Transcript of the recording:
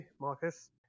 Marcus